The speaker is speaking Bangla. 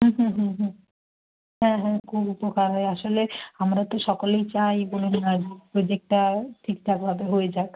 হুম হুম হুম হুম হ্যাঁ হ্যাঁ খুব উপকার হয় আসলে আমরা তো সকলেই চাই প্রোজেক্টটা ঠিকঠাকভাবে হয়ে যাক